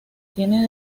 tiene